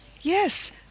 Yes